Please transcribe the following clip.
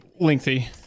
lengthy